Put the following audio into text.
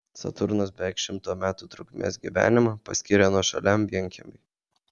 saturnas beveik šimto metų trukmės gyvenimą paskyrė nuošaliam vienkiemiui